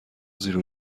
زیر